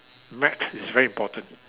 maths is very important